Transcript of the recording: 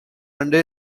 under